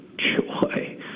joy